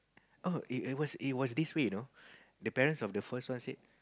oh it it was it was this way you know the parents of the first one said